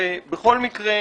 בכל מקרה,